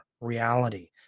reality